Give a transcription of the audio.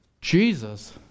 Jesus